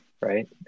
right